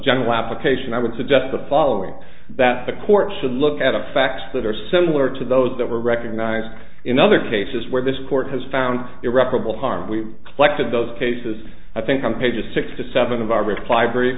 general application i would suggest the following that the court should look at the facts that are similar to those that were recognized in other cases where this court has found irreparable harm with collected those cases i think on page a six to seven of our r